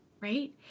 right